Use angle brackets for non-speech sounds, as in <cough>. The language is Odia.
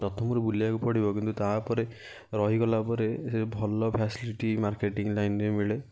ପ୍ରଥମରୁ ବୁଲିବାକୁ ପଡ଼ିବ କିନ୍ତୁ ତାପରେ ରହିଗଲା ପରେ <unintelligible> ଭଲ ଫାସିଲିଟି ମାର୍କେଟିଂ ଲାଇନ୍ରେ ମିଳେ